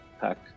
pack